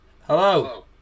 Hello